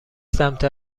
سمت